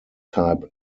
type